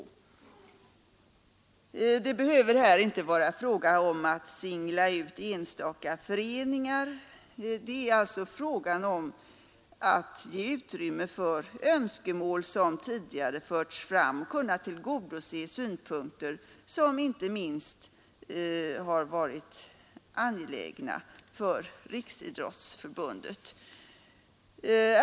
Det behöver här inte vara fråga om att singla ut enstaka föreningar, utan det gäller att ge utrymme för önskemål som tidigare har förts fram och att kunna tillgodose synpunkter som har varit angelägna inte minst för Riksidrottsförbundet.